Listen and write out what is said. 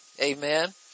Amen